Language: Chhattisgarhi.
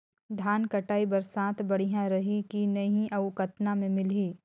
धान कटाई बर साथ बढ़िया रही की नहीं अउ कतना मे मिलही?